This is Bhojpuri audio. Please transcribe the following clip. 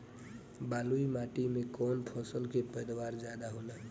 बालुई माटी में कौन फसल के पैदावार ज्यादा होला?